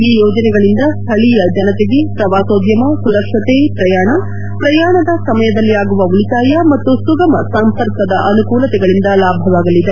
ಈ ಯೋಜನೆಗಳಿಂದ ಸ್ಥಳೀಯ ಜನತೆಗೆ ಪ್ರವಾಸೋದ್ಯಮ ಸುರಕ್ಷತೆ ಪ್ರಯಾಣ ಪ್ರಯಾಣದ ಸಮಯದಲ್ಲಿ ಆಗುವ ಉಳಿತಾಯ ಮತ್ತು ಸುಗಮ ಸಂಪರ್ಕದ ಅನುಕೂಲತೆಗಳಿಂದ ಲಾಭವಾಗಲಿದೆ